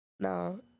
no